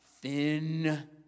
thin